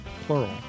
plural